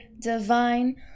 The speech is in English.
divine